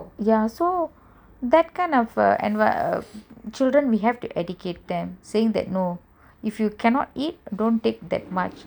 ya so that kind of uh children we have to educate them saying no if you cannot eat don't take that much